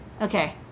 Okay